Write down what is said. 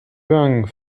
huang